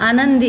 आनंदी